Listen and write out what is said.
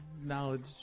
knowledge